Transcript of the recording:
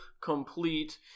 complete